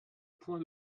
point